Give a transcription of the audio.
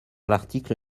l’article